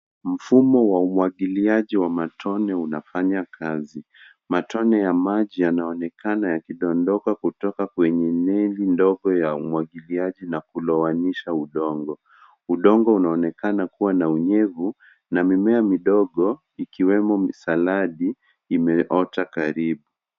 Mfumo wa umwagiliaji wa matone unafanya kazi. Matone ya maji yanaonekana yakidondoka kutoka kwenye veli ndogo ya umwagiliaji na kulowanisha udongo. Udongo unaonekana kuwa na unyevu na mimea midogo ikiwemo misaladi imeota karibu.